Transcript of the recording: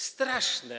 Straszne.